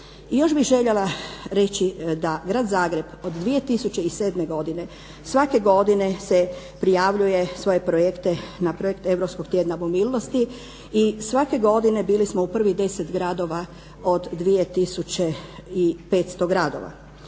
još bih željela reći da Grad Zagreb od 2007. godine svake godine se prijavljuje svoje projekte na projekt europskog tjedna mobilnosti i svake godine bili smo u prvih deset gradova od 2500 gradova.